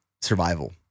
survival